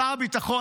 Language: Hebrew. שר הביטחון,